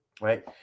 Right